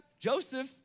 Joseph